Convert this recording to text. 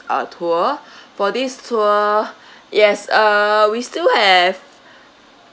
uh tour for this tour yes uh we still have